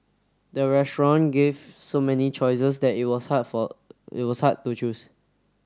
the restaurant gave so many choices that it was hard for it was hard to choose